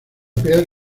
piel